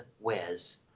wears